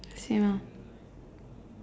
same lah